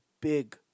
big